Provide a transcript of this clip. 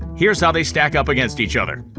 here's how they stack up against each other.